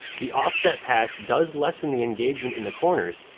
the offset pass does less than the engagement in the corners.